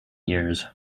years